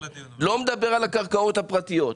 לא מדבר על הקרקעות הפרטיות.